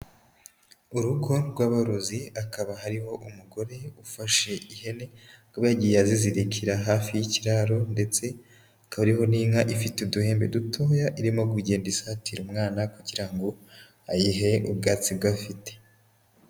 Urugo rw'aborozi akaba hariho umugore ufashe ihene, akaba yagiye azizirikira hafi y'ikiraro ndetse hakaba hariho n'inka ifite uduhembe dutoya, irimo kugenda isatira umwana kugira ngo ayihe ubwatsi gafite.